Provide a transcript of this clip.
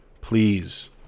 please